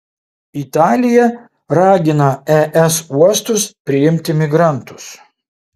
italija ragina es uostus priimti migrantus